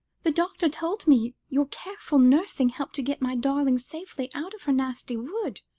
the doctor told me your careful nursing helped to get my darling safely out of her nasty wood.